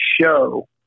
show